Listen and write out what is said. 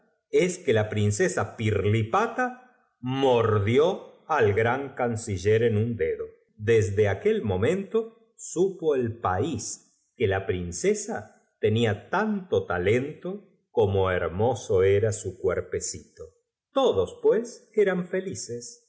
es que la princesa pirlipata mordió al gran canciller en un dedo desde aquel momento supo el pafs que la princesa tenfa tanto talento como hermoso era su cuerpecito todos pues eran felices